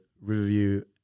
Riverview